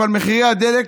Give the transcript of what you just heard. אבל מחירי הדלק